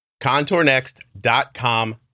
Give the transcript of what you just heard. Contournext.com